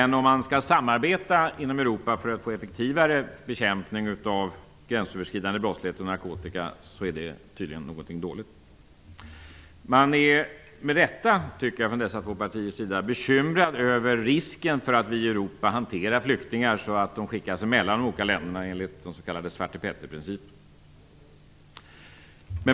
Men om man skall samarbeta inom Europa för att få en effektivare bekämpning av gränsöverskridande brottslighet och narkotika är det tydligen någonting som är dåligt. Man är med rätta, tycker jag, från dessa två partiers sida bekymrad över risken för att vi i Europa hanterar flyktingar på ett sådant sätt att de skickas emellan de olika länderna enligt den s.k. Svarte Petterprincipen.